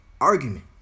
argument